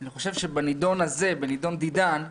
אני חושב שבנדון הזה, בנדון דידן,